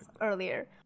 earlier